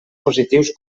positius